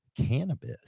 Cannabis